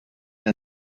den